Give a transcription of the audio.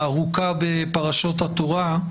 הארוכה בפרשות התורה.